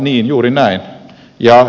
niin juuri näin